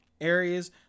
areas